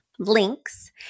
links